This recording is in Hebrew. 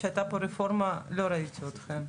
כשהייתה פה רפורמה לא ראיתי אתכם.